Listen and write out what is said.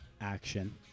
action